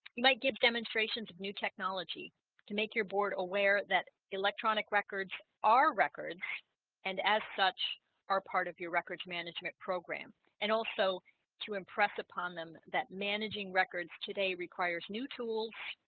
might give demonstrations of new technology to make your board aware that electronic records are records and as such are part of your records management program and also to impress upon them that managing records today requires new tools